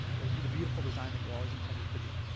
it will be the beautiful design that you always intended it to be.